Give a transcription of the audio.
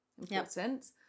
important